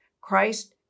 Christ